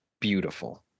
beautiful